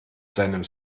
seinem